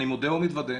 אני מודה ומתוודה,